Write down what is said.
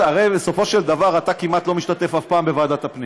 הרי בסופו של דבר אתה כמעט לא משתתף אף פעם בוועדת הפנים.